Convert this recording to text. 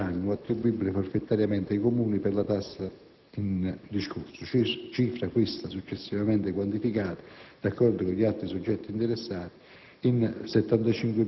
la determinazione della cifra annua attribuibile forfetariamente ai Comuni per la tassa in discorso; cifra, questa, successivamente quantificata, d'accordo con gli altri soggetti interessati,